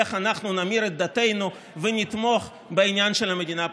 איך אנחנו נמיר את דתנו ונתמוך בעניין של המדינה הפלסטינית.